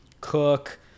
Cook